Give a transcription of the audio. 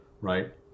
right